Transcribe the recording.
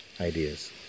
ideas